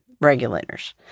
regulators